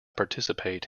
participate